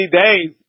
days